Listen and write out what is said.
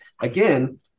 again